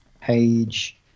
Page